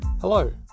Hello